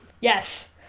Yes